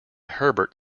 herbert